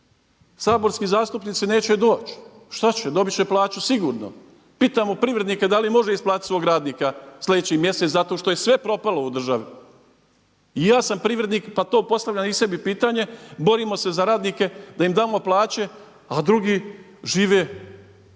Saborski zastupnici neće doći, šta će, dobit će plaću sigurno. Pitamo privrednike da li može isplatiti svog radnika sljedeći mjesec zato što je sve propalo u državi. I ja sam privrednik pa to pitanje i sebi postavljam, borimo se za radnike da im damo plaće, a drugi žive kao